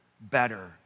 better